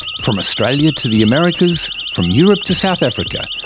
from australia to the americas, from europe to south africa,